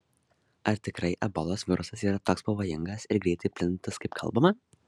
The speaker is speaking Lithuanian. ar tikrai ebolos virusas yra toks pavojingas ir greitai plintantis kaip kalbama